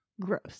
gross